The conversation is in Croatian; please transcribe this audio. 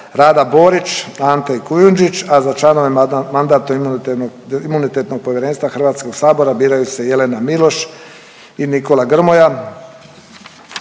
Rada Borić, Ante Kujundžić, a za članove Mandatno-imunitetnog povjerenstva Hrvatskog sabora biraju se Jelena Miloš i Nikola Grmoja.